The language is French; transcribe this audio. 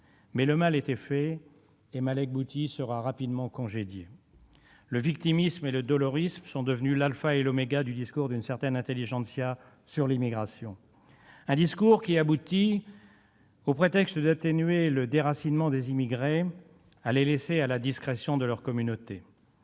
Mais le mal était fait, et Malek Boutih se trouve rapidement congédié. Le victimisme et le dolorisme sont devenus l'alpha et l'oméga du discours d'une certaine intelligentsia sur l'immigration, ... C'est vrai !... un discours qui, au prétexte d'atténuer le déracinement des immigrés, conduit à les laisser à la discrétion de leur communauté